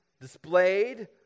displayed